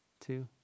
two